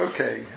Okay